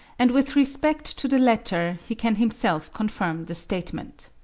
and with respect to the latter he can himself confirm the statement.